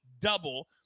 Double